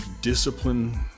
discipline